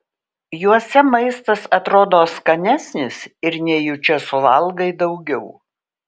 juose maistas atrodo skanesnis ir nejučia suvalgai daugiau